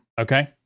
Okay